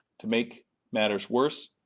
to make matters worse,